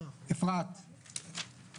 הזכרתי את שלמה המלך שאמר: